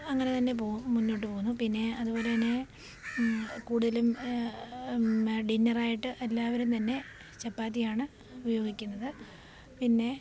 അങ്ങനെ തന്നെ പോവു മുന്നോട്ട് പോവുന്നു പിന്നെ അതുപോലെതന്നെ കൂടുതലും ഡിന്നറായിട്ട് എല്ലാവരും തന്നെ ചപ്പാത്തിയാണ് ഉപയോഗിക്കുന്നത് പിന്നെ